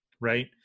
Right